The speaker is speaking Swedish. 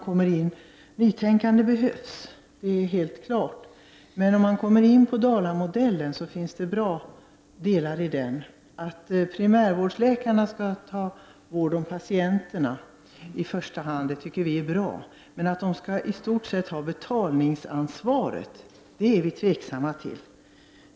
Nytänkande behövs däremot. Det är helt klart. Men om man kommer in på dalamodellen finner man bra delar i den. Att primärvårdsläkarna skall ta vård om patienterna i första hand tycker vi är bra. Men att de i stort sett skall ha betalningsansvaret är vi tveksamma till.